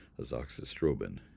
Azoxystrobin